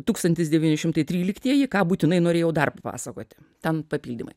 tūkstantis devyni šimtai tryliktieji ką būtinai norėjau dar pasakoti ten papildymai